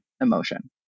emotion